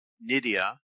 Nidia